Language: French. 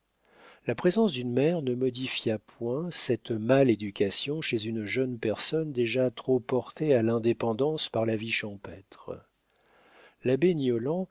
la présence d'une mère ne modifia point cette mâle éducation chez une jeune personne déjà trop portée à l'indépendance par la vie champêtre l'abbé